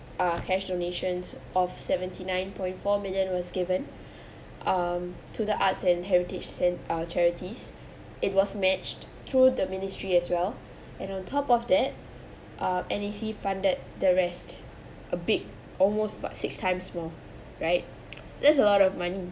ah cash donations of seventy nine point four million was given um to the arts and heritage send our charities it was matched through the ministry as well and on top of that uh N_A_C funded the rest a big almost about six times more right there's a lot of money